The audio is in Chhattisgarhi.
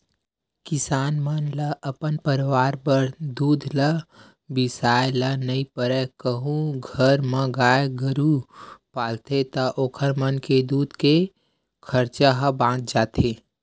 किसान मन ल अपन परवार बर दूद ल बिसाए ल नइ परय कहूं घर म गाय गरु पालथे ता ओखर मन के दूद के खरचा ह बाच जाथे